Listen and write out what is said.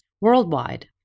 worldwide